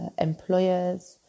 employers